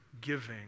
giving